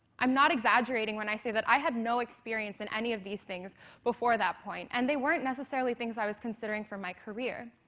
i'm not exaggerating when i say that i had no experience in any of these things before that point, and they weren't necessarily things i was considering for my career.